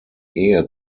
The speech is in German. ehe